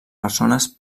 persones